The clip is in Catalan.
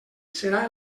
serà